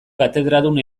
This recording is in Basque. katedradun